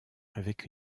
avec